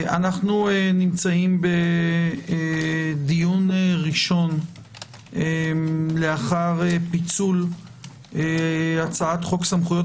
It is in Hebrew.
אנחנו נמצאים בדיון ראשון לאחר פיצול הצעת חוק סמכויות